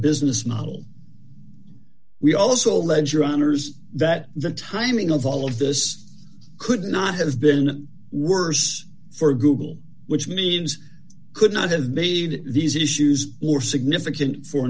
business model we also ledger honors that the timing of all of this could not have been worse for google which means could not have made these issues or significant for